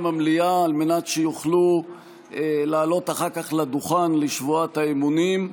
המליאה על מנת שיוכלו לעלות אחר כך לדוכן לשבועת האמונים.